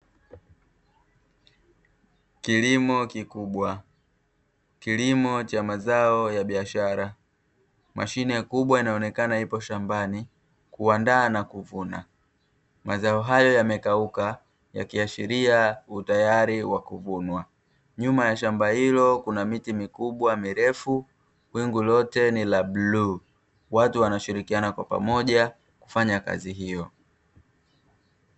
Kilimo kikubwa, kilimo cha mazao ya biashara, mashine kubwa inaonekana ipo shambani kuandaa na kuvuna mazao hayo yamekauka yakiashiria utayari wa kuvunwa. Nyuma ya shamba hilo kuna miti mikubwa mirefu, wingu lote ni la bluu watu wanashirikiana kwa pamoja kufanya kazi hiyo.